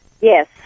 Yes